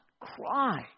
cry